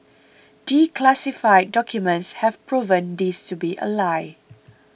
declassified documents have proven this to be a lie